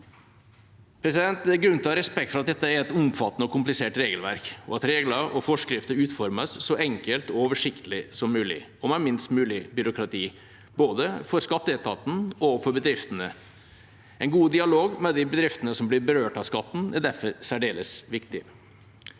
Det er grunn til å ha respekt for at dette er et omfattende og komplisert regelverk, og at regler og forskrifter utformes så enkelt og oversiktlig som mulig, og med minst mulig byråkrati, både for skatteetaten og for bedriftene. En god dialog med de bedriftene som blir berørt av skatten, er derfor særdeles viktig.